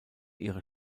ihre